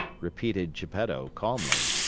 repeated geppetto calmly.